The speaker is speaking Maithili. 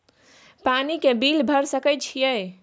पानी के बिल भर सके छियै?